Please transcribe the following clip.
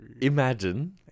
Imagine